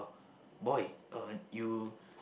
boy uh you